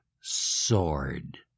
sword